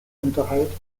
unterhält